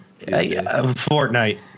Fortnite